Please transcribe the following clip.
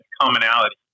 commonality